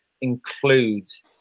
includes